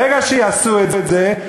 ברגע שיעשו את זה,